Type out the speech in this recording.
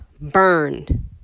burned